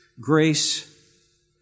Grace